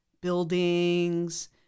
buildings